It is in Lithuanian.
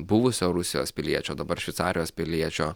buvusio rusijos piliečio dabar šveicarijos piliečio